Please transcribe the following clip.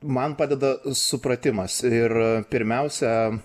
man padeda supratimas ir pirmiausia